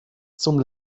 zum